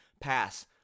Pass